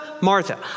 Martha